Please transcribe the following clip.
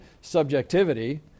Subjectivity